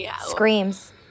screams